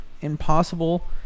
impossible